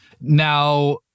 Now